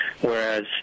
whereas